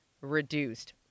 reduced